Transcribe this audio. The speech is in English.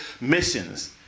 missions